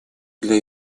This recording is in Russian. для